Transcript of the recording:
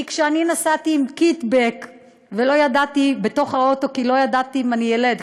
כשנסעתי עם קיטבג בתוך האוטו כי לא ידעתי איפה אני אלד,